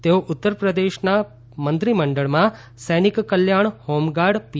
તેઓ ઉત્તરપ્રદેશના મંત્રીમંડળમાં સૈનિક કલ્યાણ હોમગાર્ડ પી